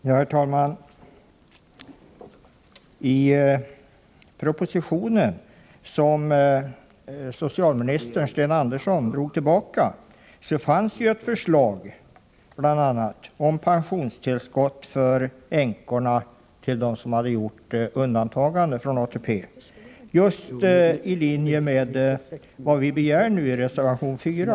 Herr talman! I den proposition som socialminister Sten Andersson drog tillbaka fanns bl.a. ett förslag om pensionstillskott för änkor efter sådana personer som begärt undantag från ATP, just i linje med vad vi nu begär i reservation 4.